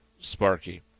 Sparky